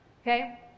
Okay